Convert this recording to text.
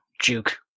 Juke